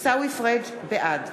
בעד